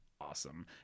awesome